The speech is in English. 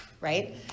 Right